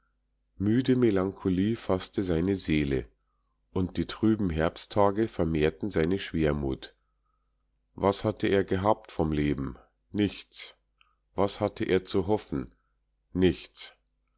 müde melancholie faßte seine seele und die trüben herbsttage vermehrten seine schwermut was hatte er gehabt vom leben nichts was hatte er zu hoffen nichts